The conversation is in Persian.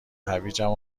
هویجم